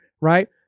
right